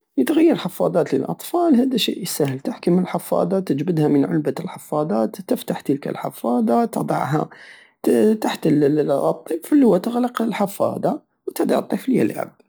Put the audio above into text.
يتغير حفاضات للاطفال هدا شيء سهل تحكم الحفاظات تجبدها من علبة الحفاظات تفتح تلك الحفاظات تضعها تحت الطفل وتغلق الحفاظة وتدع الطفل يلعب